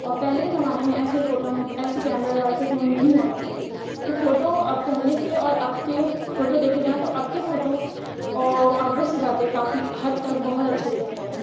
اور پہلے کے زمانے میں ایسے فوٹو نہیں ایسے کیمرے وغیرہ سے فون نہیں ہُوا کرتے تھے تو فوٹو اب پہلے سے اور اب کے فوٹو دیکھیں جائیں تو اب کے فوٹو اور آویس سی بات ہے کافی حد تک بہت اچھے دکھتے ہیں